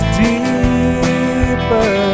deeper